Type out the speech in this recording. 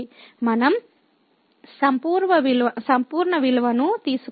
మనం సంపూర్ణ విలువను తీసుకోవచ్చు